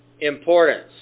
importance